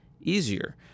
easier